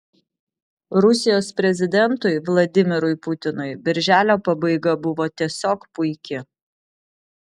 rusijos prezidentui vladimirui putinui birželio pabaiga buvo tiesiog puiki